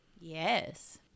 Yes